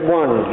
one